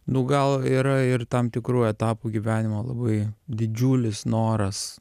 nu gal yra ir tam tikrų etapų gyvenimo labai didžiulis noras